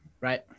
right